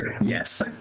Yes